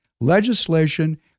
legislation